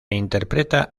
interpreta